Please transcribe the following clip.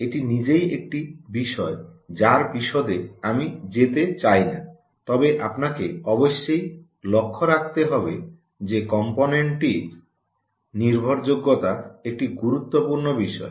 এটি নিজেই একটি বিষয় যার বিশদে আমি যেতে চাই না তবে আপনাকে অবশ্যই লক্ষ্য রাখতে হবে যে কম্পনেন্টটির নির্ভরযোগ্যতা একটি গুরুত্বপূর্ণ বিষয়